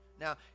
now